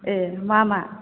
ओ मा मा